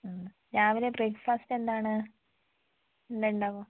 മ്മ്മ് രാവിലെ breakfast എന്താണ് എന്താ ഇണ്ടാവുക